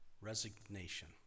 resignation